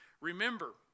Remember